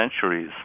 centuries